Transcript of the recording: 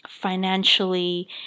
financially